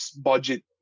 budget